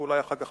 ואולי אחר כך,